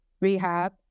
rehab